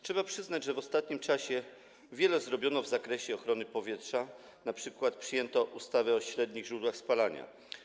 Trzeba przyznać, że w ostatnim czasie wiele zrobiono w zakresie ochrony powietrza, np. przyjęto ustawę o średnich źródłach spalania.